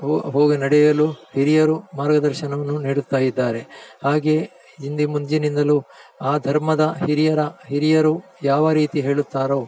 ಹೋ ಹೋಗಿ ನಡೆಯಲು ಹಿರಿಯರು ಮಾರ್ಗದರ್ಶನವನ್ನು ನೀಡುತ್ತಾ ಇದ್ದಾರೆ ಹಾಗೆ ಹಿಂದೆ ಮುಂಚಿನಿಂದಲೂ ಆ ಧರ್ಮದ ಹಿರಿಯರ ಹಿರಿಯರು ಯಾವ ರೀತಿ ಹೇಳುತ್ತಾರೋ